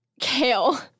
Kale